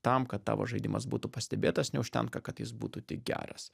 tam kad tavo žaidimas būtų pastebėtas neužtenka kad jis būtų tik geras